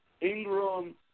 Ingram